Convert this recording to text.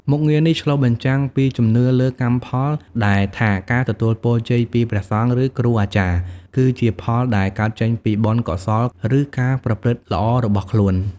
មុខងារនេះឆ្លុះបញ្ចាំងពីជំនឿលើ កម្មផល ដែលថាការទទួលពរជ័យពីព្រះសង្ឃ ឬគ្រូអាចារ្យ គឺជាផលដែលកើតចេញពីបុណ្យកុសល ឬការប្រព្រឹត្តល្អរបស់ខ្លួន។